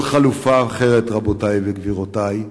כל חלופה אחרת, רבותי וגבירותי,